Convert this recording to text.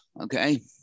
okay